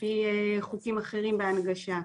לפי חוקים אחרים בהנגשה,